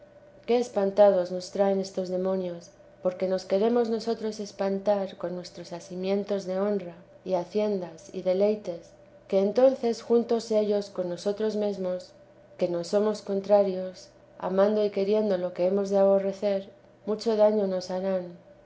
qué espantados nos traen estos demonios porque nos queremos nosotros espantar con nuestros asimientos de honra y haciendas y deleites que entonces juntos ellos con nosotros mesmos que nos somos contrarios amando y queriendo lo que hemos de aborrecer mucho daño nos harán